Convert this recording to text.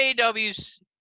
AW's